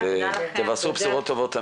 תבשרו תמיד בשורות טובות.